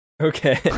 Okay